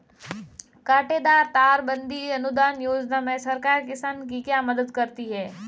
कांटेदार तार बंदी अनुदान योजना में सरकार किसान की क्या मदद करती है?